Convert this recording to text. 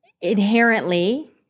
inherently